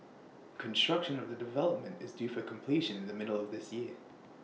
construction of the development is due for completion in the middle of this year